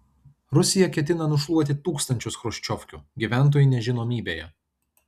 rusija ketina nušluoti tūkstančius chruščiovkių gyventojai nežinomybėje